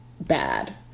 bad